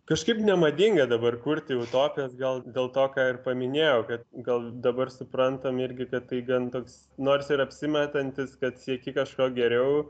kažkaip nemadinga dabar kurti utopijas gal dėl to ką ir paminėjau kad gal dabar suprantam irgi bet tai gan toks nors ir apsimetantis kad sieki kažko geriau